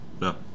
no